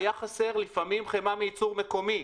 הייתה חסרה לפעמים חמאה מייצור מקומי,